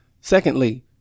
secondly